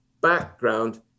background